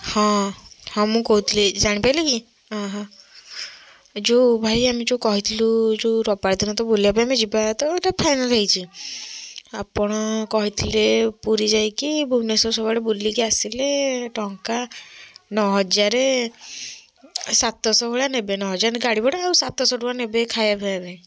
ହଁ ହଁ ମୁଁ କହୁଥିଲି ଜାଣିପାଇଲେ କି ଯେଉଁ ଭାଇ ଆମେ ଯେଉଁ କହିଥିଲୁ ଯେଉଁ ରବିବାର ଦିନ ତ ବୁଲିବା ପାଇଁ ଆମେ ଯିବା ତ ଏଇଟା ଫାଇନାଲ୍ ହୋଇଛି ଆପଣ କହିଥିଲେ ପୁରୀ ଯାଇକି ଭୁବନେଶ୍ୱର ସବୁ ଆଡ଼େ ବୁଲିକି ଆସିଲେ ଟଙ୍କା ନଅ ହଜାର ସାତଶହ ଭଳିଆ ନେବେ ନଅ ହଜାର ଗାଡ଼ି ଭଡ଼ା ଆଉ ସାତଶହ ଟଙ୍କା ନେବେ ଖାଇବାଫାଇବା ପାଇଁ